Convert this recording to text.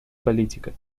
политика